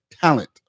talent